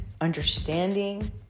understanding